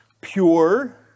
pure